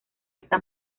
esta